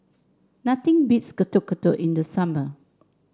nothing beats Getuk Getuk in the summer